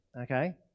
okay